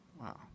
Wow